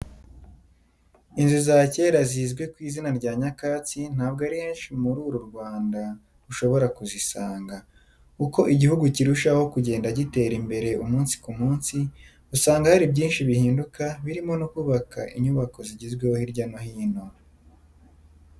Inzu za kera zizwi ku izina rya nyakatsi ntabwo ari henshi muri uru Rwanda ushobora kuzisanga. Uko igihugu kirushaho kugenda gitera imbere umunsi ku munsi, usanga hari byinshi bihinduka, birimo no kubaka inyubako zigezweho hirya no hino.